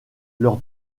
leur